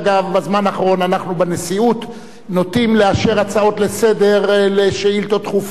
בזמן האחרון אנחנו בנשיאות נוטים לאשר הצעות לשאילתות דחופות,